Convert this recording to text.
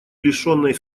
лишенной